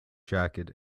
jacket